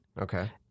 okay